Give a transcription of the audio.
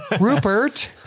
Rupert